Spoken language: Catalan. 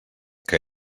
que